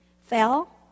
fell